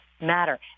matter